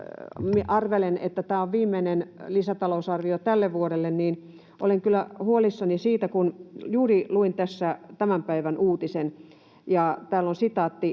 arvelen, että tämä on viimeinen lisätalousarvio tälle vuodelle, niin olen kyllä huolissani siitä, kun juuri luin tässä tämän päivän uutisen, ja täällä sanotaan